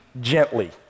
gently